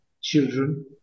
children